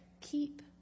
keep